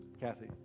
Kathy